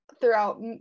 throughout